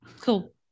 cool